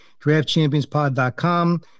draftchampionspod.com